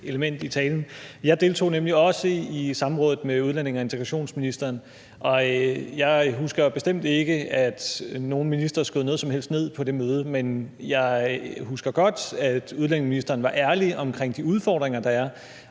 nemlig også i samrådet med udlændinge- og integrationsministeren, og jeg husker bestemt ikke, at nogen minister skød noget som helst ned på det møde. Men jeg husker godt, at udlændingeministeren var ærlig omkring de udfordringer,